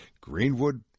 Greenwood